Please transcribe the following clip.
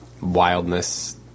wildness